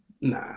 nah